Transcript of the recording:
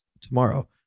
tomorrow